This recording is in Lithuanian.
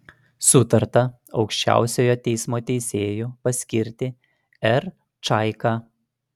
sutarta aukščiausiojo teismo teisėju paskirti r čaiką